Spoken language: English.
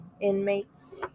inmates